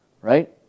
right